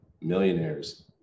Millionaires